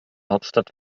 hauptstadt